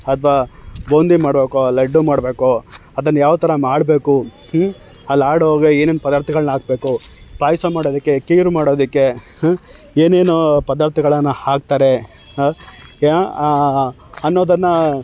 ಹದ್ವಾ ಬೂಂದಿ ಮಾಡಬೇಕೋ ಲಡ್ಡು ಮಾಡಬೇಕೋ ಅದನ್ನು ಯಾವ ಥರ ಮಾಡಬೇಕು ಹ್ಞೂ ಆ ಲಾಡೂಗೆ ಏನೇನು ಪದಾರ್ಥಗಳ್ನ ಹಾಕ್ಬೇಕು ಪಾಯಸ ಮಾಡೋದಕ್ಕೆ ಖೀರ್ ಮಾಡೋದಕ್ಕೆ ಏನೇನು ಪದಾರ್ಥಗಳನ್ನ ಹಾಕ್ತಾರೆ ಏನೋ ಅನ್ನೋದನ್ನು